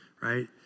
right